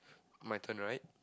my turn right